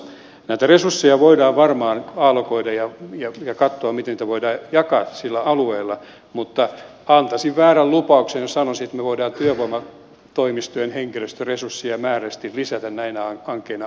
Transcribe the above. näitä resursseja voidaan varmaan allokoida ja katsoa miten niitä voidaan jakaa sillä alueella mutta antaisin väärän lupauksen jos sanoisin että me voimme työvoimatoimistojen henkilöstöresursseja määrällisesti lisätä näinä ankeina aikoina